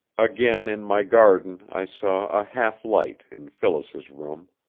again in my garden i saw a half-light in phyllis's room.